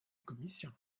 commission